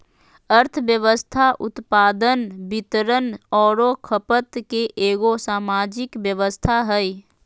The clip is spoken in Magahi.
अर्थव्यवस्था उत्पादन, वितरण औरो खपत के एगो सामाजिक व्यवस्था हइ